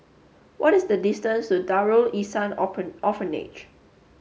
what is the distance to Darul Ihsan Orphanage